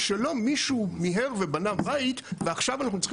שלא מישהו מיהר ובנה בית ועכשיו אנחנו צריכים